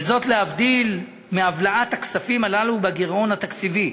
וזאת להבדיל מהבלעת הכספים הללו בגירעון התקציבי.